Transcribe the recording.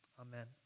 amen